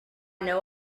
know